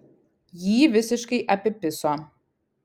jį visiškai apipiso